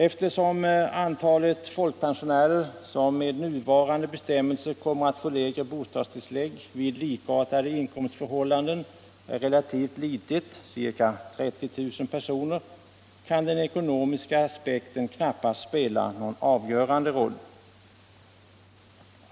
Eftersom antalet folkpensionärer som med nuvarande bestämmelser kommer att få lägre bostadstillägg vid likartade inkomstförhållanden är relativt litet, ca 30 000 personer, kan den ekonomiska aspekten knappast spela någon avgörande roll.